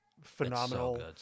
phenomenal